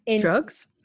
Drugs